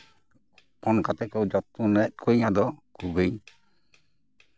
ᱦᱚᱯᱚᱱ ᱠᱟᱛᱮᱫ ᱠᱚ ᱡᱚᱛᱚᱱᱮᱫ ᱠᱚᱣᱟ ᱟᱫᱚ ᱩᱱᱠᱩ ᱜᱮᱧ